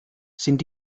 sind